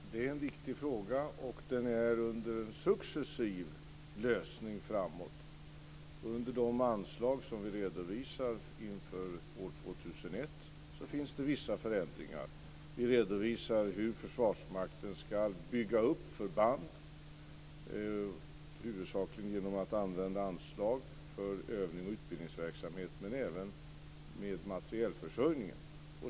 Fru talman! Det är en viktig fråga och lösningen går successivt framåt. Under de anslag som vi redovisar inför år 2001 finns det vissa förändringar. Vi redovisar hur Försvarsmakten ska bygga upp förband, huvudsakligen genom att använda anslag för övningsoch utbildningsverksamhet, men även med materielförsörjning.